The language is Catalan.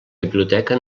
biblioteca